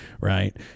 right